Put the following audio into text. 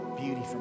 beauty